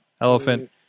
elephant